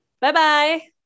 bye-bye